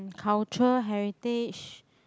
culture heritage